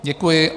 Děkuji.